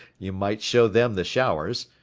you might show them the showers,